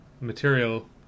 material